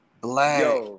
black